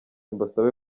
mbasabe